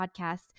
podcast